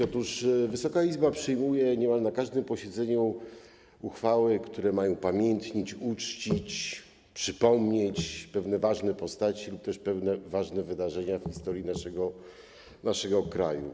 Otóż Wysoka Izba przyjmuje niemal na każdym posiedzeniu uchwały, które mają upamiętnić, uczcić, przypomnieć pewne ważne postaci lub też pewne ważne wydarzenia w historii naszego kraju.